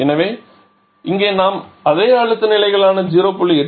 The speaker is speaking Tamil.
எனவே இங்கே நாம் அதே அழுத்த நிலைகளான 0